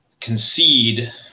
concede